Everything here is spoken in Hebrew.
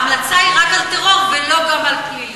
ההמלצה היא רק על טרור ולא גם על פלילי.